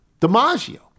DiMaggio